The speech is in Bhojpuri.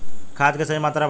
खाद के सही मात्रा बताई?